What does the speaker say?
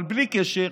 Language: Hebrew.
אבל בלי קשר,